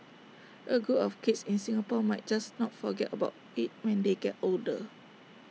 A group of kids in Singapore might just not forget about IT when they get older